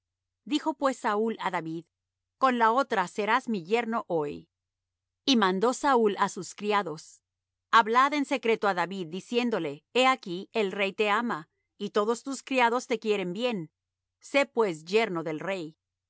dijo pues saúl á david con la otra serás mi yerno hoy y mandó saúl á sus criados hablad en secreto á david diciéndole he aquí el rey te ama y todos sus criados te quieren bien sé pues yerno del rey